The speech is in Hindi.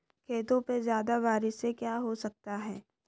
खेतों पे ज्यादा बारिश से क्या हो सकता है?